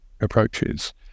approaches